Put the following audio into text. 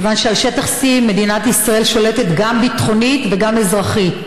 כיוון שעל שטח C מדינת ישראל שולטת גם ביטחונית וגם אזרחית.